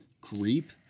creep